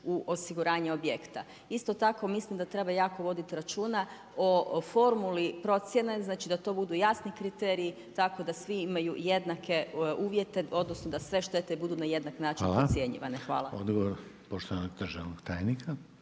u osiguranje objekta. Isto tako, mislim da treba jako voditi računa, o formuli procjene, znači da to budu jasni kriteriji, tako da svi imaju jednake uvjete, odnosno, da sve štete budu na jednak način podcjenjivanje. Hvala. **Reiner, Željko (HDZ)** Hvala.